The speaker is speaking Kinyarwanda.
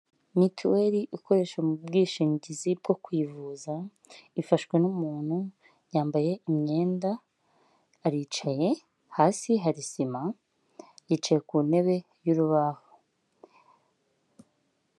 Mituweli ikoresha mu bwishingizi bwo kwivuza, ifashwe n'umuntu yambaye imyenda, aricaye hasi hari sima yicaye ku ntebe y'urubaho.